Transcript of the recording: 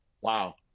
Wow